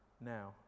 now